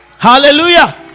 Hallelujah